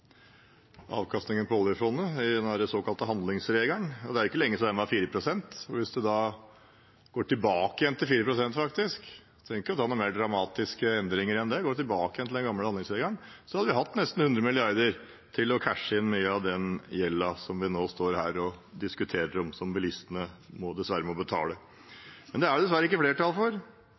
avkastningen til oljefondet, ved den såkalte handlingsregelen. Det er ikke lenge siden vi brukte 4 pst. Hvis man går tilbake til 4 pst., går tilbake til den gamle handlingsregelen – man trenger ikke mer dramatiske endringer enn det – hadde vi hatt nesten 100 mrd. kr til å cashe inn mye av den gjelden vi nå diskuterer, og som bilistene dessverre må betale. Det er det dessverre ikke flertall for,